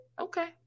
Okay